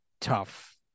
tough